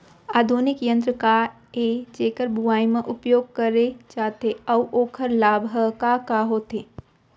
आधुनिक यंत्र का ए जेकर बुवाई म उपयोग करे जाथे अऊ ओखर लाभ ह का का होथे?